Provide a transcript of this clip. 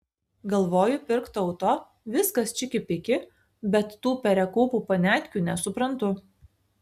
galvoju pirkt auto viskas čiki piki bet tų perekūpų paniatkių nesuprantu